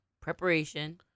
preparation